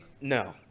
No